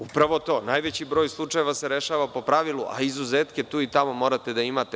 Upravo to, najveći broj slučajeva se rešava po pravilu, a izuzetke, tu i tamo, morate da imate.